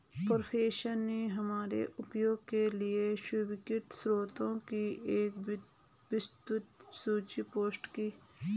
professor ने हमारे उपयोग के लिए स्वीकृत स्रोतों की एक विस्तृत सूची पोस्ट की